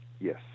Yes